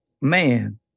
Man